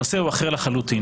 הנושא הוא אחר לחלוטין.